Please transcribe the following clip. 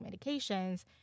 medications